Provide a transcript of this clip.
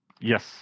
Yes